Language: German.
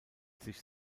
sich